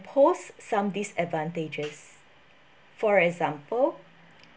post some disadvantages for example